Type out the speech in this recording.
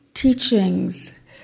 Teachings